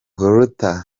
luther